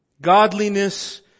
Godliness